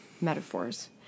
metaphors